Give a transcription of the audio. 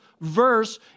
verse